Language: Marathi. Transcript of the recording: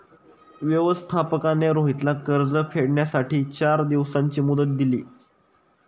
व्यवस्थापकाने रोहितला कर्ज फेडण्यासाठी चार दिवसांची मुदत दिली